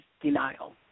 denial